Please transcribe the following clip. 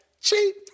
cheap